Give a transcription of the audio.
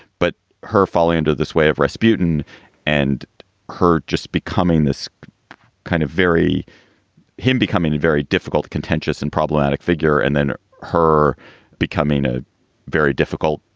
but her falling under the sway of rasputin and her just becoming this kind of very him becoming a very difficult, contentious and problematic figure and then her becoming a very difficult,